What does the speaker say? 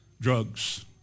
drugs